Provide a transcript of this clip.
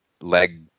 leg